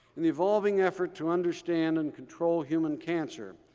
in the evolving effort to understand and control human cancer,